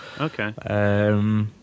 Okay